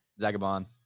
Zagabon